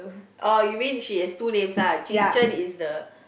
oh you mean she has two names ah is the